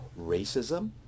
racism